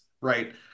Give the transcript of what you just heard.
right